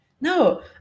No